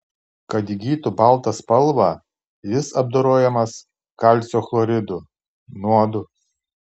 kad įgytų baltą spalvą jis apdorojamas kalcio chloridu nuodu